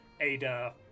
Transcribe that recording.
Ada